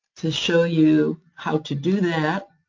to show you how to do that.